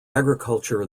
agriculture